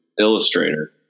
Illustrator